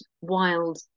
wild